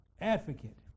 Advocate